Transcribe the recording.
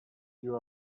you